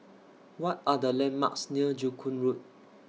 What Are The landmarks near Joo Koon Road